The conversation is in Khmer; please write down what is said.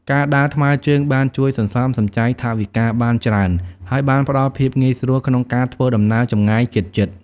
ការដើរថ្មើរជើងបានជួយសន្សំសំចៃថវិកាបានច្រើនហើយបានផ្តល់ភាពងាយស្រួលក្នុងការធ្វើដំណើរចម្ងាយជិតៗ។